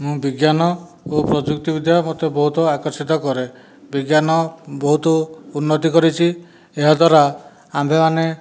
ମୁଁ ବିଜ୍ଞାନ ଓ ପ୍ରଯୁକ୍ତି ବିଦ୍ୟା ମୋତେ ବହୁତ ଆକର୍ଷିତ କରେ ବିଜ୍ଞାନ ବହୁତ ଉନ୍ନତି କରିଛି ଏହାଦ୍ୱାରା ଆମ୍ଭେମାନେ